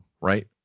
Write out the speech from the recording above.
right